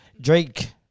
Drake